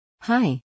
Hi